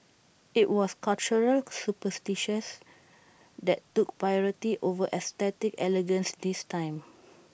IT was cultural superstitions that took priority over aesthetic elegance this time